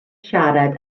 siarad